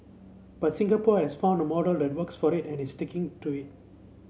but Singapore has found a model that works for it and is sticking to it